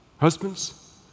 husbands